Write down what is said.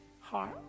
heart